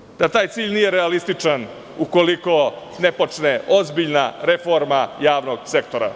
Bojim se da taj cilj nije realističan, ukoliko ne počne ozbiljna reforma javnog sektora,